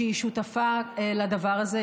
שהיא שותפה לדבר הזה,